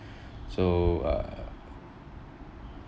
so uh